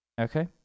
Okay